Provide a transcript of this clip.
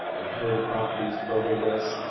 ah inherited properties, probate lists,